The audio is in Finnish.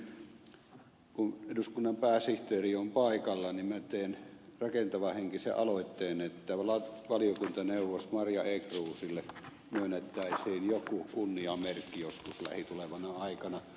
ensinnäkin kun eduskunnan pääsihteeri on paikalla teen rakentavahenkisen aloitteen että valiokuntaneuvos marja ekroosille myönnettäisiin joku kunniamerkki joskus lähitulevana aikana